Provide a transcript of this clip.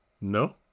No